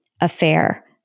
affair